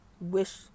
wish